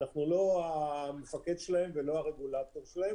אנחנו לא המפקד שלהם ולא הרגולטור שלהם